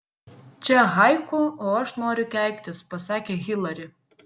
čia haiku o aš noriu keiktis pasakė hilari